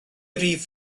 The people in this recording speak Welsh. rif